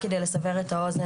רק כדי לסבר את האוזן,